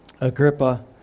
Agrippa